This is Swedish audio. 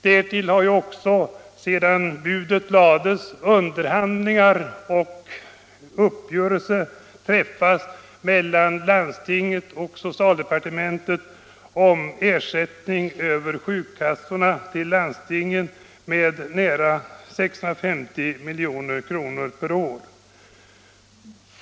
Därtill har också sedan budet lades underhandlingar förts och uppgörelse träffats mellan landstingen och socialdepartementet om ersättning över sjukkassorna till landstingen med nära 650 milj.kr. per år.